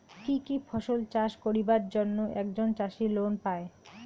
কি কি ফসল চাষ করিবার জন্যে একজন চাষী লোন পায়?